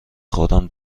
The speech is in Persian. خودم